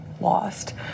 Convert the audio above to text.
lost